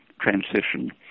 transition